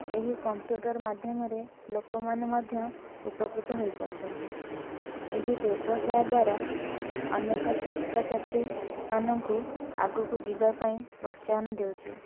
ଏହି କମ୍ପ୍ୟୁଟର ମାଧ୍ୟମରେ ଲୋକମାନେ ମଧ୍ୟ ଉପକୃତ ହେଇପାରୁଛନ୍ତି ଏହି ବ୍ୟବସାୟ ଦ୍ୱାରା ଅନେକ ଛାତ୍ର ଛାତ୍ରୀ ମାନଙ୍କୁ ଆଗକୁ ଯିବା ପାଇଁ ପ୍ରୋତ୍ସାହନ ଦେଉଛି